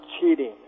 cheating